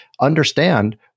understand